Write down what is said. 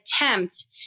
attempt